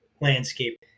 landscape